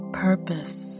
purpose